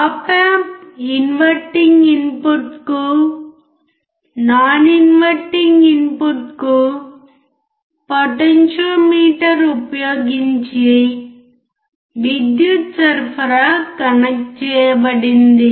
ఆప్ amp inverting ఇన్పుట్కు non inverting input కి potentiometer ఉపయోగించి విద్యుత్ సరఫరా కనెక్ట్ చేయబడింది